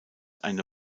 eine